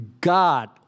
God